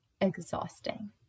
exhausting